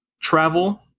travel